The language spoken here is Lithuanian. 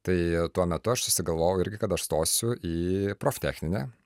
tai tuo metu aš susigalvojau irgi kad aš stosiu į proftechninę